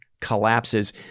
collapses